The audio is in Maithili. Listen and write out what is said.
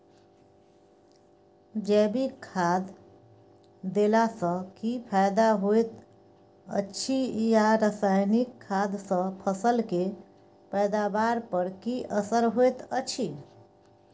जैविक खाद देला सॅ की फायदा होयत अछि आ रसायनिक खाद सॅ फसल के पैदावार पर की असर होयत अछि?